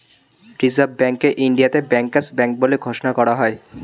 reserve ব্যাঙ্ককে ইন্ডিয়াতে bankers bank বলে ঘোষণা করা হয়